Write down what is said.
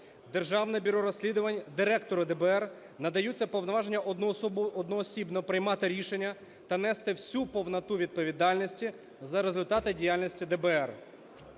Державне бюро розслідувань… Директору ДБР надаються повноваження одноосібно приймати рішення та нести всю повноту відповідальності за результати діяльності ДБР.